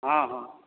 हॅं हॅं